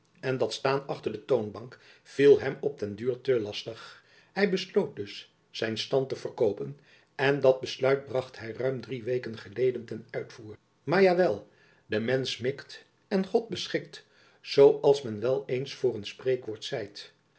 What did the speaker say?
en dat staan achter de toonbank viel hem op den duur te lastig hy besloot dus zijn stand te verkoopen en dat besluit bracht hy ruim drie weken geleden ten uitvoer maar ja wel de mensch mikt en god beschikt zoo als men wel eens voor een spreekwoord zeit